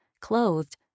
clothed